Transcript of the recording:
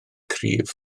cryf